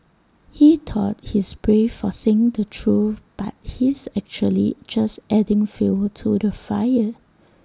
he thought he's brave for saying the truth but he's actually just adding fuel to the fire